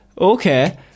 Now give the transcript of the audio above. Okay